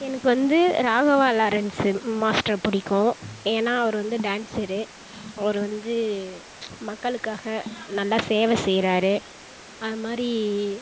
எனக்கு வந்து ராகவா லாரன்ஸ்ஸு மாஸ்டரை பிடிக்கும் ஏன்னால் அவர் வந்து டான்ஸரு அவர் வந்து மக்களுக்காக நல்லா சேவை செய்கிறாரு அது மாதிரி